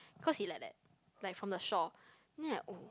cause he like that like from the shore then I like oh